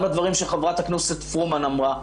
גם לדברים שחברת הכנסת פרומן אמרה,